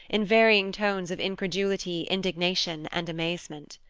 in varying tones of incredulity, indignation, and amazement.